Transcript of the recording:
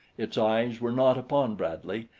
its eyes were not upon bradley,